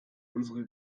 unsere